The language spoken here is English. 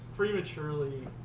Prematurely